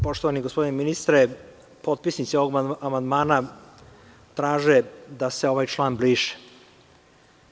Poštovani gospodine ministre, potpisnici ovog amandmana traže da se ovaj član briše.